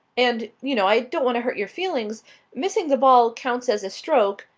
and you know i don't want to hurt your feelings missing the ball counts as a stroke,